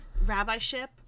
Rabbi-ship